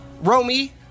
Romy